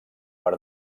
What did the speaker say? per